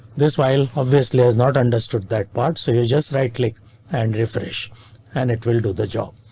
this while obviously is not understood that part, so you just right click and refresh and it will do the job.